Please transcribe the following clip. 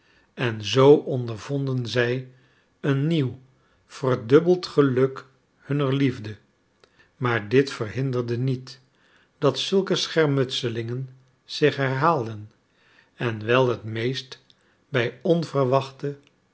en zoo ondervonden zij een nieuw verdubbeld geluk hunner liefde maar dit verhinderde niet dat zulke schermutselingen zich herhaalden en wel het meest bij onverwachte